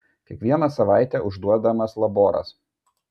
kiekvieną savaitę užduodamas laboras